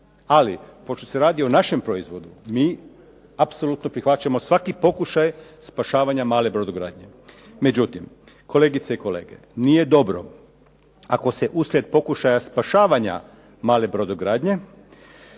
Ali pošto se radi o našem proizvodu mi apsolutno prihvaćamo svaki pokušaj spašavanja male brodogradnje. Međutim, kolegice i kolege, nije dobro ako se uslijed pokušaja spašavanja male brodogradnje